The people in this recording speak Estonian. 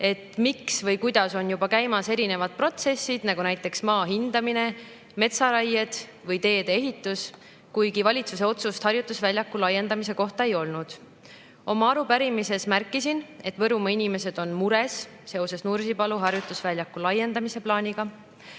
miks ja kuidas on juba käimas erinevad protsessid, näiteks maa hindamine, metsaraied või teedeehitus, kuigi valitsuse otsust harjutusväljaku laiendamise kohta ei olnud. Oma arupärimises märkisin, et Võrumaa inimesed on mures seoses Nursipalu harjutusväljaku laiendamise plaaniga,